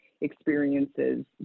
experiences